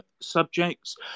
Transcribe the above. subjects